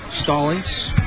Stallings